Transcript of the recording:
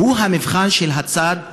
הוא המבחן של הצד הראשון.